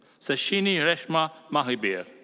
seshini reshma mahabir.